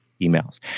emails